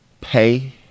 pay